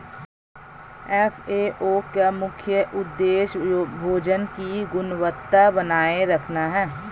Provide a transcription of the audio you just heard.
FAO का मुख्य उदेश्य भोजन की गुणवत्ता बनाए रखना है